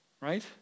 Right